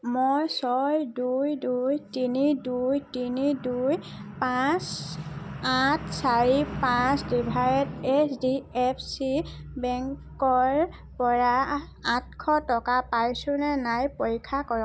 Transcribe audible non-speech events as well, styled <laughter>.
মই ছয় দুই দুই তিনি দুই তিনি দুই পাঁচ আঠ চাৰি পাঁচ <unintelligible> এইচ ডি এফ চি বেংকৰ পৰা আঠশ টকা পাইছো নে নাই পৰীক্ষা কৰক